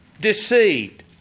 deceived